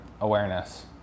awareness